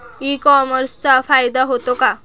E कॉमर्सचा फायदा होतो का?